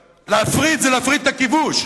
להפריט זה להפריט את הכיבוש,